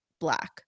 Black